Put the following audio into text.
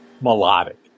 melodic